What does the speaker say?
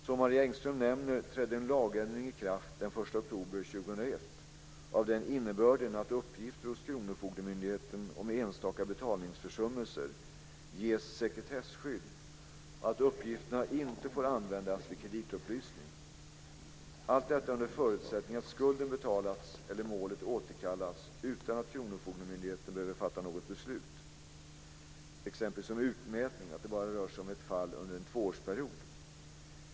Som Marie Engström nämner trädde en lagändring i kraft den 1 oktober 2001 av den innebörden att uppgifter hos kronofogdemyndigheten om enstaka betalningsförsummelser ges sekretesskydd och att uppgifterna inte får användas vid kreditupplysning - allt detta under förutsättning att skulden betalats eller målet återkallats utan att kronofogdemyndigheten behövt fatta något beslut, t.ex. om utmätning, och att det bara rör sig om ett fall under en tvåårsperiod.